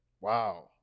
Wow